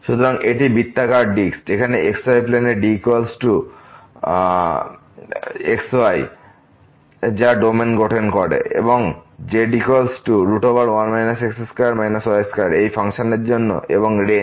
সুতরাং এটি একটি বৃত্তাকার ডিস্ক xy প্লেনে D x yR2x2y2≤1 যা ডোমেন গঠন করে z 1 x2 y2 এই ফাংশনের জন্য এবং রেঞ্জ